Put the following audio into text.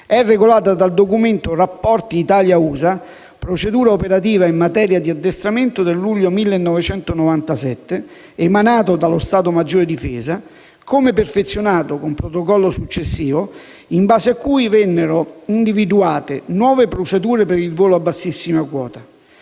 è regolata dal documento «Rapporti Italia-USA. Procedura operativa in materia di addestramento» del luglio 1997, emanato dallo Stato maggiore della Difesa, come perfezionato con protocollo successivo, in base al quale vennero individuate: nuove procedure per il volo a bassissima quota;